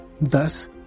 Thus